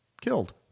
killed